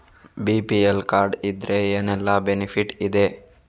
BPL card ಇದ್ರೆ ಏನೆಲ್ಲ benefit ಇದೆ?